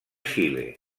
xile